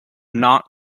not